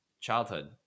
childhood